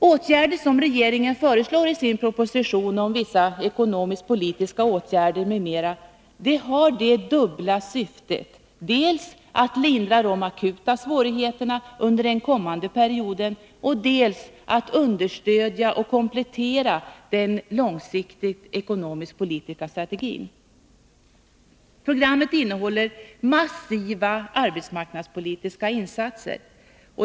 Åtgärder som regeringen föreslår i sin proposition om vissa ekonomisk Nr 54 politiska åtgärder m.m. har det dubbla syftet att dels minska de akuta Fredagen den svårigheterna under den kommande perioden, dels understödja och kom 17 december 1982 plettera den långsiktiga ekonomisk-politiska strategin. Programmet innehåller massiva arbetsmarknadspolitiska insatser.